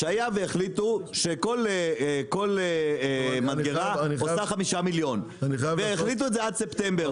שהיה והחליטו שכל מדגרה עושה 5 מיליון והחליטו את זה עד ספטמבר,